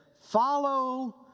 follow